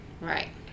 Right